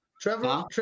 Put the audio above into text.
Trevor